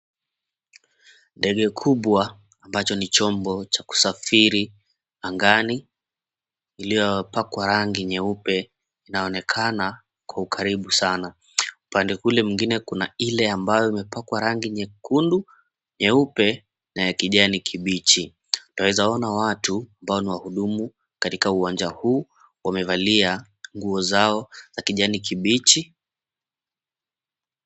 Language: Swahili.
Ndege kubwa ambacho ni chombo cha kusafiri angani iliyopakwa rangi nyeupe inaonekana kwa ukaribu sana upande kule ingine, kuna ile ambayo imepakwa rangi nyekundu, nyeupe na ya kijani kibichi. Naweza ona watu ambao ni wahudumu katika uwanja huu wamevalia sare zao za kijani kibichi.